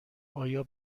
آیا